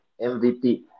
MVP